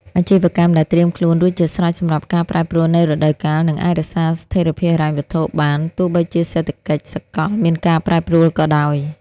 អាជីវកម្មដែលត្រៀមខ្លួនរួចជាស្រេចសម្រាប់ការប្រែប្រួលនៃរដូវកាល នឹងអាចរក្សាស្ថិរភាពហិរញ្ញវត្ថុបានទោះបីជាសេដ្ឋកិច្ចសកលមានការប្រែប្រួលក៏ដោយ។